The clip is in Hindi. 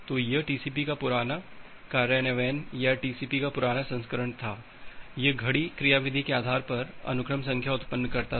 तो यह टीसीपी का पुराना कार्यान्वयन या टीसीपी का पुराना संस्करण था यह घड़ी क्रियाविधि के आधार पर अनुक्रम संख्या उत्पन्न करता था